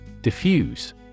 Diffuse